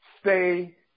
stay